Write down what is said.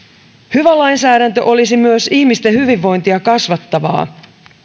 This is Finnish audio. hyvä lainsäädäntö olisi myös ihmisten hyvinvointia kasvattavaa